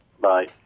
Bye